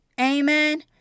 Amen